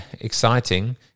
exciting